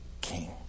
king